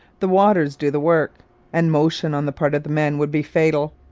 the waters do the work and motion on the part of the men would be fatal.